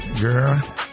girl